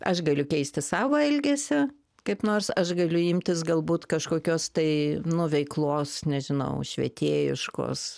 aš galiu keisti savo elgesį kaip nors aš galiu imtis galbūt kažkokios tai nu veiklos nežinau švietėjiškos